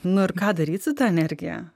nu ir ką daryt su ta energija